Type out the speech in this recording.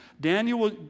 Daniel